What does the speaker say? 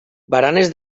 baranes